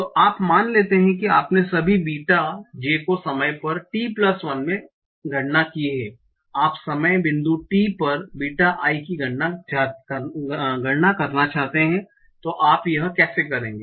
तो आप मान लेते हैं कि आपने सभी बीटा j को समय पर t1 में गणना की है और आप समय बिंदु t पर बीटा i की गणना करना चाहते हैं तो आप यह कैसे करेंगे